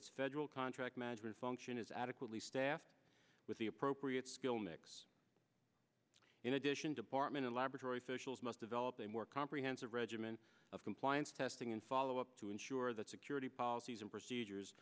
its federal contract management function is adequately staffed with the appropriate skill mix in addition department and laboratory socials must develop a more comprehensive regimen of compliance testing and follow up to ensure that security policies and procedures